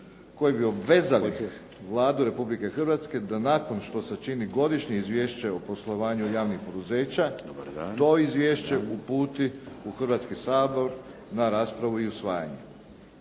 koji bi obvezali Vladu Republike Hrvatske da nakon što sačini Godišnje izvješće o poslovanju javnih poduzeća, to izvješće uputi u Hrvatski sabor na raspravu i usvajanje.